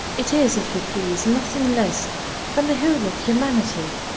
it is, if you please, nothing less than the whole of humanity.